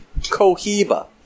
Cohiba